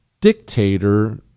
dictator